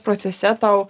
procese tau